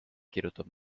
kirjutab